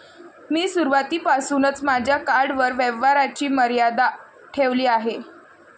मी सुरुवातीपासूनच माझ्या कार्डवर व्यवहाराची मर्यादा ठेवली आहे